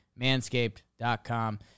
manscaped.com